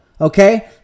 Okay